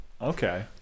okay